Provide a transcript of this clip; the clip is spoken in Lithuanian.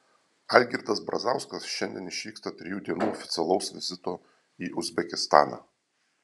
algirdas brazauskas šiandien išvyksta trijų dienų oficialaus vizito į uzbekistaną